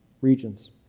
regions